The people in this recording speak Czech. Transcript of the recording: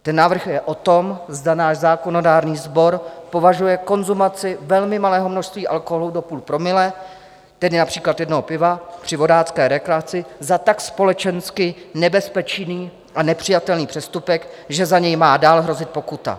Ten návrh je o tom, zda náš zákonodárný sbor považuje konzumaci velmi malého množství alkoholu do 0,5 promile, tedy například jednoho piva, při vodácké rekreaci za tak společensky nebezpečný a nepřijatelný přestupek, že za něj má dál hrozit pokuta.